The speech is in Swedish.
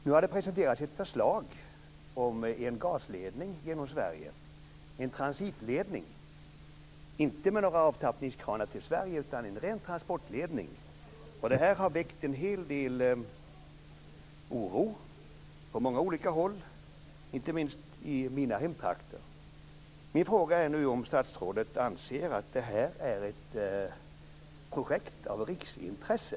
Nu har det presenterats ett förslag om en gasledning genom Sverige, en transitledning, inte med några avtappningskranar till Sverige utan en ren transportledning. Det här har väckt en hel del oro på många olika håll, inte minst i mina hemtrakter. Min fråga är nu om statsrådet anser att det här är ett projekt av riksintresse.